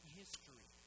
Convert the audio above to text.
history